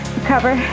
Recover